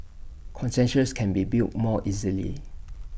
consensus can be built more easily